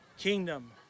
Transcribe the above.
kingdom